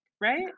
right